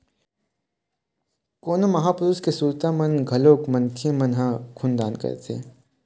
कोनो महापुरुष के सुरता म घलोक मनखे मन ह खून दान करथे